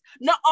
No